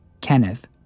Kenneth